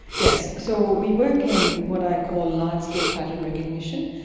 yes, so we work in what i call large-scale pattern recognition.